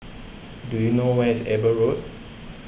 do you know where is Eber Road